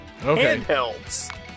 handhelds